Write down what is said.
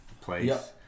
place